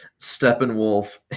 Steppenwolf